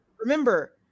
Remember